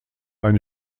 eine